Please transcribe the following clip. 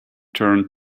turned